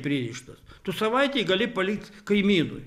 pririštas tu savaitei gali palikt kaimynui